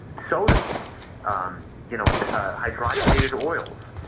so does um you know hydrogenated oils,